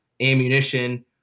ammunition